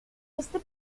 este